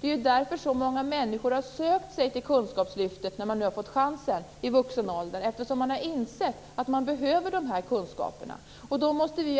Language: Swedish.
Det är därför så många människor har sökt sig till kunskapslyftet när man nu har fått chansen i vuxen ålder. Man har insett att man behöver de här kunskaperna. Då måste vi